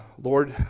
Lord